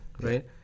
right